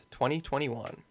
2021